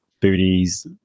booties